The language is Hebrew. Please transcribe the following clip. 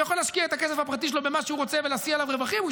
הוא יכול להשקיע את הכסף הפרטי שלו במה שהוא רוצה ולהשיא עליו רווחים.